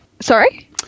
Sorry